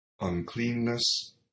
uncleanness